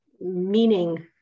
meaning